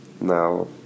Now